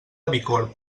bicorb